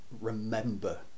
remember